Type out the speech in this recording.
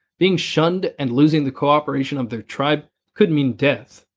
being shunned and losing the cooperation of their tribe could mean death.